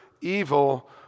evil